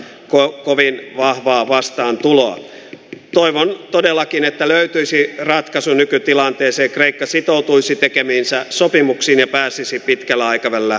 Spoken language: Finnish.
koko viikkoa vaan vastaantuloa ja toivon todellakin että löytyisi ratkaisu nykytilanteeseen kreikan sitoutuisi tekemiensä sopimuksiin ja pääsisi pitkällä aikavälillä